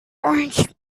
wrenched